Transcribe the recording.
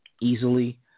easily